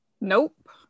Nope